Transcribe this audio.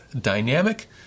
dynamic